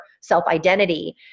self-identity